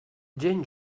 gent